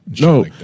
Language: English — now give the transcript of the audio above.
No